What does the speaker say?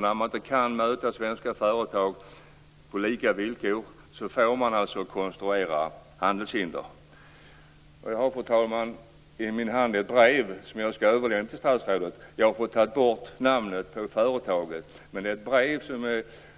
När de inte kan möta svenska företag på lika villkor får de konstruera handelshinder. Jag har, fru talman, i min hand ett brev som jag skall överlämna till statsrådet. Jag har tagit bort namnet på företaget. Det är ett brev